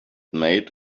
made